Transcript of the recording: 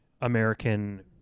American